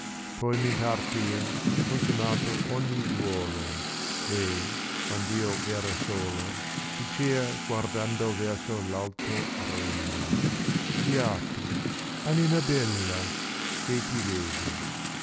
poi mi partia consumato ogni duolo e quand io era solo dicea guardando verso paltò regno beato anima bella chi ti vede